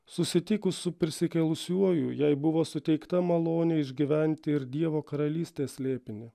susitikus su prisikėlusiuoju jai buvo suteikta malonė išgyventi ir dievo karalystės slėpinį